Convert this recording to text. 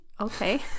Okay